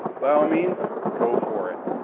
by all means, go for it.